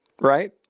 right